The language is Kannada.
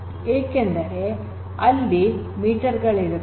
ಏಕೆಂದರೆ ಅಲ್ಲಿ ಮೀಟರ್ ಗಳಿರುತ್ತವೆ